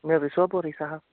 مےٚ حظ گژھِ سوپورٕے سہل